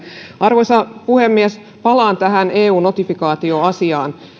arvoisa puhemies palaan tähän eu notifikaatioasiaan